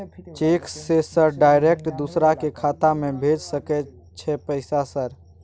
Cheque से sir direct दूसरा के खाता में भेज सके छै पैसा सर?